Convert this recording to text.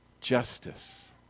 Justice